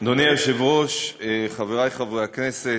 אדוני היושב-ראש, חברי חברי הכנסת,